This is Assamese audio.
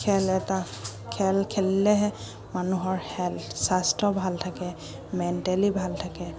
খেল এটা খেল খেলিলেহে মানুহৰ হেল্থ স্বাস্থ্য ভাল থাকে মেণ্টেলি ভাল থাকে